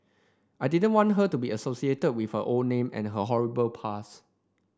I didn't want her to be associated with her old name and her horrible past